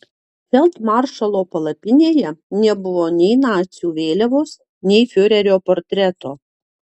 feldmaršalo palapinėje nebuvo nei nacių vėliavos nei fiurerio portreto